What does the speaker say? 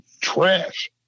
trash